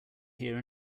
hear